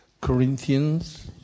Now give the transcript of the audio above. Corinthians